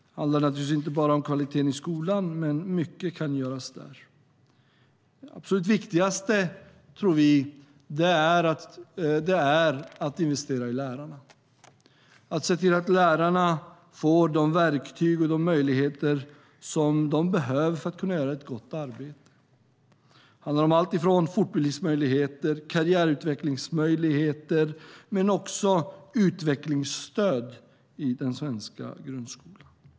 Det handlar naturligtvis inte bara om kvaliteten i skolan, men mycket kan göras där. Det absolut viktigaste, tror vi, är att investera i lärarna, att se till att lärarna får de verktyg och de möjligheter som de behöver för att kunna göra ett gott arbete. Det handlar om allt ifrån fortbildningsmöjligheter och karriärutvecklingsmöjligheter till utvecklingsstöd i den svenska grundskolan.